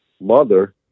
mother